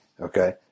okay